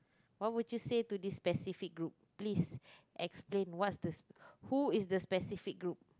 what would you say to this specific group please explain what's the who is the specific group